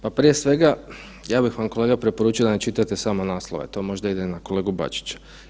Pa prije svega, ja bih vam kolega preporučio da ne čitate samo naslove, to možda ide na kolegu Bačića.